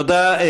תודה.